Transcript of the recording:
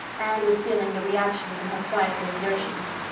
anne was feeling the reaction from her fright and exertions.